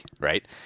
right